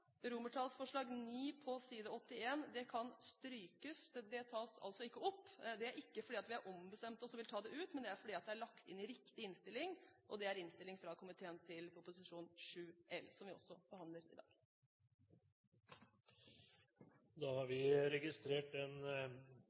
på side 81 kan strykes. Det tas ikke opp. Det er ikke fordi vi har ombestemt oss og vil ta det ut, men fordi det er lagt inn i riktig innstilling, innstillingen fra komiteen til Prop. 7 L, som vi også behandler i dag. Da har vi registrert